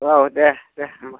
औ दे दे होनबा